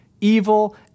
evil